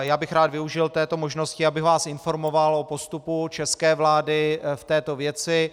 Já bych rád využil této možnosti, abych vás informoval o postupu České vlády v této věci.